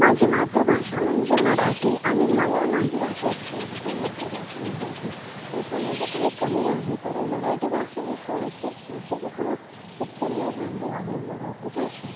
माझी म्हातृभाषा म्हणजे मराठी आणि मला नाही वाटत की माझी मातृभाषा मराठी याच्याामध्ये काही कमी आहे कारण मराठी भाषा ही संस्कृत भाषे मधनं उत्पन्न झाली आहे मराठी भाषा